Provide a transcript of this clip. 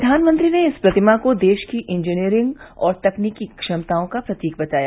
प्रधानमंत्री ने इस प्रतिमा को देश की इंजीनियरिंग और तकनीकी क्षमताओं का प्रतीक बताया